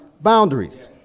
boundaries